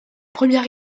première